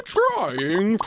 trying